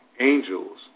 angels